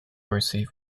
receive